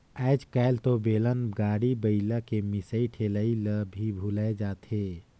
आयज कायल तो बेलन, गाड़ी, बइला के मिसई ठेलई ल भी भूलाये जाथे